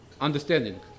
understanding